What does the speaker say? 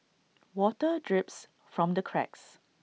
water drips from the cracks